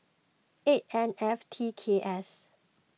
eight N F T K S